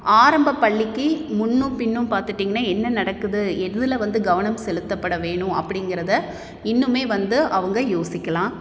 ஆரம்பப் பள்ளிக்கு முன்னும் பின்னும் பார்த்திட்டிங்கனா என்ன நடக்குது எதில் வந்து கவனம் செலுத்தப்பட வேணும் அப்டிங்கிறத இன்னுமே வந்து அவங்க யோசிக்கலாம்